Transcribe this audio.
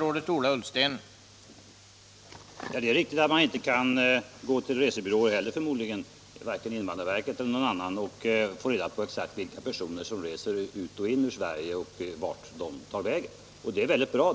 Herr talman! Det är riktigt att man inte kan gå till resebyråer, till invandrarverket eller någon annanstans och få reda på exakt vilka personer som har rest in i och ut ur Sverige och vart de tagit vägen. Det är väldigt bra